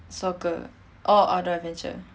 soccer oh outdoor adventure